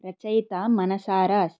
रचयिता मनसारः अस्ति